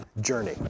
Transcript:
journey